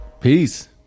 peace